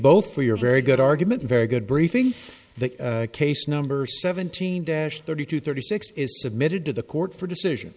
both for your very good argument very good briefing the case number seventeen dash thirty two thirty six is submitted to the court for decision